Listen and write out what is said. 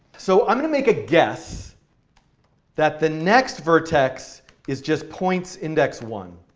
so i'm going to make a guess that the next vertex is just points index one.